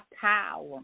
power